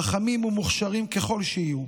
חכמים ומוכשרים ככל שיהיו,